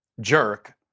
jerk